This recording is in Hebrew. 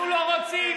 אנחנו לא רוצים.